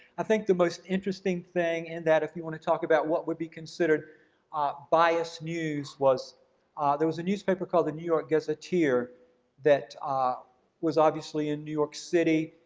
i think the most interesting thing in that if you want to talk about what would be considered biased news was there was a newspaper called the new york gazetteer that ah was obviously in new york city.